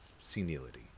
senility